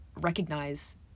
recognize